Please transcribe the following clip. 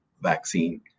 vaccine